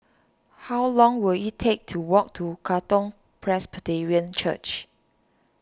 how long will it take to walk to Katong Presbyterian Church